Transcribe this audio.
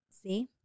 See